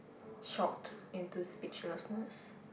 shock into speechlessness